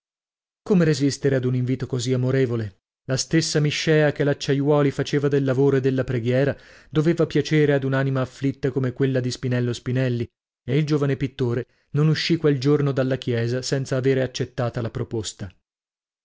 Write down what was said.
come resistere ad un invito così amorevole la stessa miscèa che l'acciaiuoli faceva del lavoro e della preghiera doveva piacere ad un'anima afflitta come quella di spinello spinelli e il giovane pittore non uscì quel giorno dalla chiesa senza avere accettata la proposta